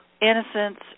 innocence